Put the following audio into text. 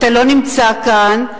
אתה לא נמצא כאן,